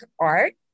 art